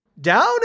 down